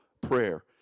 prayer